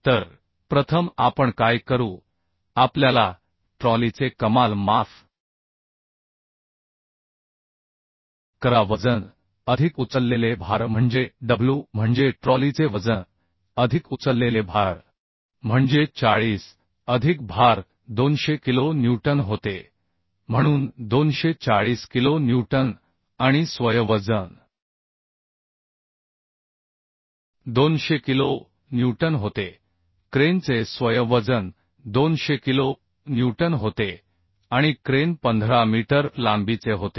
तर प्रथम आपण काय करू आपल्याला ट्रॉलीचे कमाल माफ करा वजन अधिक उचललेले भार म्हणजे w म्हणजे ट्रॉलीचे वजन अधिक उचललेले भार म्हणजे 40 अधिक भार 200 किलो न्यूटन होते म्हणून 240 किलो न्यूटन आणि स्वयं वजन 200 किलो न्यूटन होते क्रेनचे स्वयं वजन 200 किलो न्यूटन होते आणि क्रेन 15 मीटर लांबीचे होते